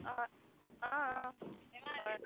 অঁ অঁ অঁ হয়